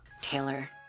Taylor